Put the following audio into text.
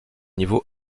niveau